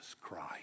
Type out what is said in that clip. Christ